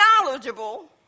knowledgeable